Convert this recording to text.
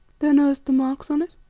thou knowest the marks on it,